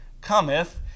cometh